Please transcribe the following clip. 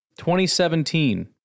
2017